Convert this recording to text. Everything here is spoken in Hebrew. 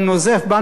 האזרחים: תראו,